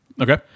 Okay